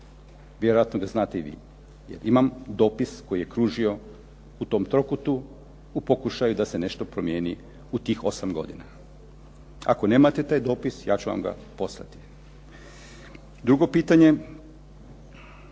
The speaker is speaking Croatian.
Vjerojatno ga znate i vi jer imam dopis koji je kružio u tom trokutu u pokušaju da se nešto promijeni u tih osam godina. Ako nemate taj dopis ja ću vam ga poslati. Drugo pitanje,